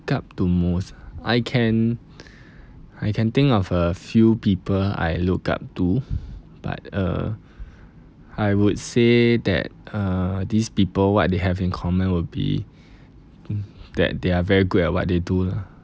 up to most I can I can think of a few people I look up to but uh I would say that uh these people what they have in common would be that they're very good at what they do lah